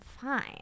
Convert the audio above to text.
fine